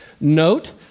Note